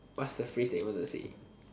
what's the phrase that you wanted to say